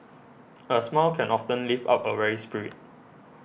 a smile can often lift up a weary spirit